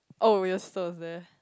oh your sister was there